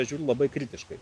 aš žiūriu labai kritiškai